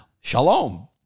Shalom